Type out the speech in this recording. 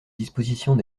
dispositions